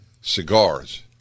cigars